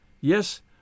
yes